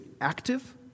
active